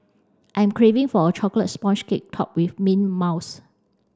I am craving for a chocolate sponge cake topped with mint mouse